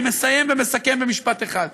אני מסיים ומסכם במשפט אחד.